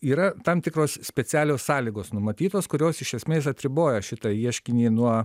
yra tam tikros specialios sąlygos numatytos kurios iš esmės atriboja šitą ieškinį nuo